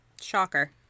Shocker